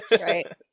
Right